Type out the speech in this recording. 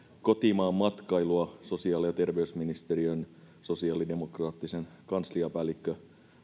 kotimaanmatkailua sosiaali ja terveysministeriön sosiaalidemokraattisen kansliapäällikkö